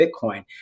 Bitcoin